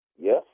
Yes